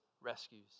rescues